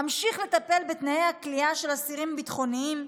אמשיך לטפל בתנאי הכליאה של האסירים הביטחוניים,